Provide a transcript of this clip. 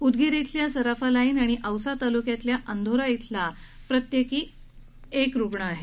उदगीर इथल्या सराफा लाईन आणि औसा तालुक्यातल्या अंधोरा इथला प्रत्येकी एक रुग्ण आहे